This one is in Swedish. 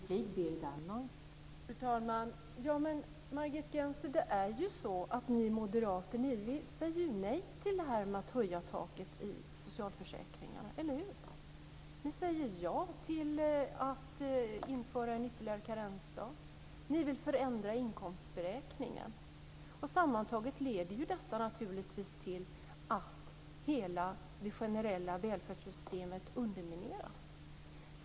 Fru talman! Men, Margit Gennser, det är ju så att ni moderater säger nej till att höja taket i socialförsäkringarna, eller hur? Ni säger ja till att införa en ytterligare karensdag. Ni vill förändra inkomstberäkningen. Sammantaget leder det naturligtvis till att hela det generella välfärdssystemet undermineras.